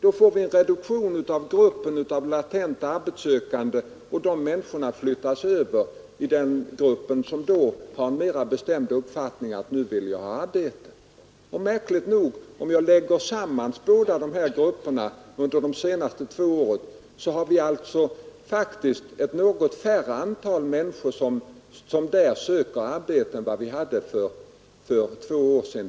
Då får vi en reduktion av gruppen latent arbetssökande, men dessa människor flyttas över i den grupp som har en mera bestämd uppfattning att de verkligen vill ha arbete. Om jag lägger tillsammans dessa båda grupper har vi märkligt nog under de senaste månaderna något färre antal människor som söker arbete än vi hade i januari 1971, dvs. för två år sedan.